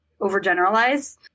overgeneralize